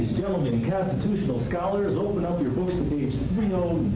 gentlemen, constitutional scholars, open up your books to page three